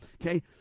Okay